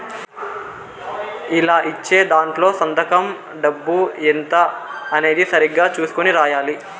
ఇలా ఇచ్చే దాంట్లో సంతకం డబ్బు ఎంత అనేది సరిగ్గా చుసుకొని రాయాలి